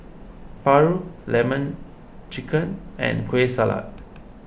Paru Lemon Chicken and Kueh Salat